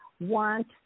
want